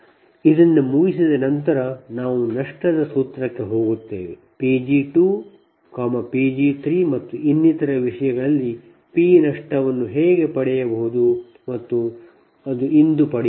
ಇದನ್ನು ಮುಗಿಸಿದ ನಂತರ ನಾವು ನಷ್ಟದ ಸೂತ್ರಕ್ಕೆ ಹೋಗುತ್ತೇವೆ P g2 P g3 ಮತ್ತು ಇನ್ನಿತರ ವಿಷಯಗಳಲ್ಲಿ P ನಷ್ಟವನ್ನು ಹೇಗೆ ಪಡೆಯುವುದು ಮತ್ತು ಅದು ಇಂದು ಪಡೆಯುತ್ತದೆ